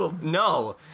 No